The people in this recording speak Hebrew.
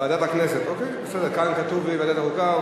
הכנסת נתקבלה.